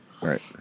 Right